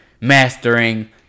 mastering